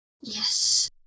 Yes